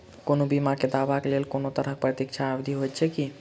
कोनो बीमा केँ दावाक लेल कोनों तरहक प्रतीक्षा अवधि होइत छैक की?